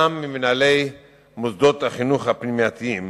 גם ממנהלי מוסדות החינוך הפנימייתיים